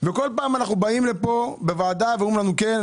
כשכל פעם כשאנחנו באים לפה אומרים לנו: "כן,